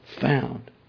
found